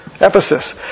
Ephesus